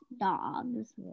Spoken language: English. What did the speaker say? Dogs